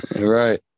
right